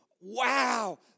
wow